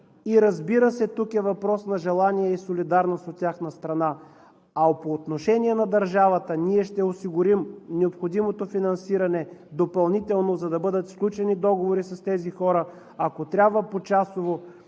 Разбира се, тук е въпрос на желание и солидарност от тяхна страна. А по отношение на държавата ние ще осигурим необходимото допълнително финансиране, за да бъдат сключени договори с тези хора – ако трябва почасово,